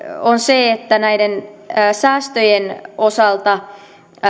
on se että näiden säästöjen osalta